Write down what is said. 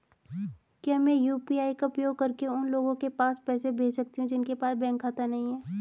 क्या मैं यू.पी.आई का उपयोग करके उन लोगों के पास पैसे भेज सकती हूँ जिनके पास बैंक खाता नहीं है?